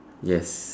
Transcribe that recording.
yes